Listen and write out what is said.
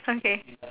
okay